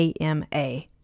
AMA